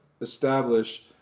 establish